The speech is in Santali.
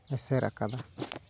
ᱮᱥᱮᱨᱟᱠᱟᱫᱟ